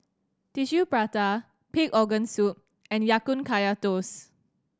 Tissue Prata pig organ soup and Ya Kun Kaya Toast